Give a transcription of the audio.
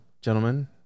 gentlemen